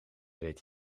reed